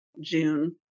June